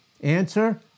Answer